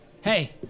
Hey